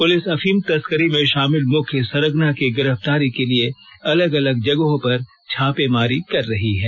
police अफीम तस्करी में शामिल मुख्य सरगना की गिरफ्तारी के लिए अलग अलग जगहों पर छापेमारी कर रही है